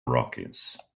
rockies